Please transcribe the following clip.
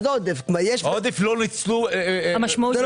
מנוצל.